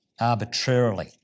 arbitrarily